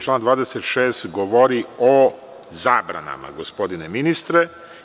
Član 26. govori o zabranama, gospodine ministre.